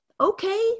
Okay